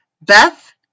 Beth